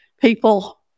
people